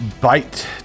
bite